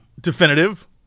definitive